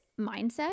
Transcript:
mindset